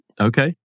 Okay